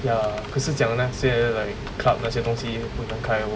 ya 可是讲那些 like club 那些东西不懂开了吗